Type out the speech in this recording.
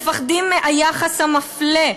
מפחדים מהיחס המפלה,